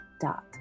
dot